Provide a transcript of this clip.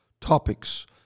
topics